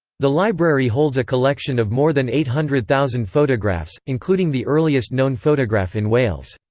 the library holds a collection of more than eight hundred thousand photographs, including the earliest-known photograph in wales.